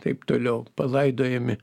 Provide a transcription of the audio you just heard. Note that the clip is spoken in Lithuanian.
taip toliau palaidojami